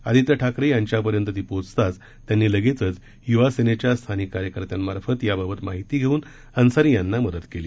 आदित्य ठाकरे यांच्यापर्यंत ती पोहोचताच त्यांनी लगेचच युवा सेनेच्या स्थानिक कार्यकर्त्यांमार्फत याबाबत माहिती घेऊन अन्सारी यांना मदत केली